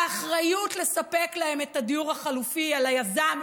האחריות לספק להם את הדיור החלופי היא על היזם,